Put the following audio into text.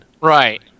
Right